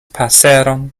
paseron